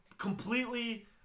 Completely